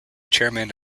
chairman